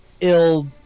ill